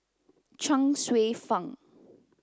Chuang Hsueh Fang